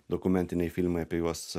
dokumentiniai filmai apie juos